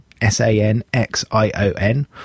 S-A-N-X-I-O-N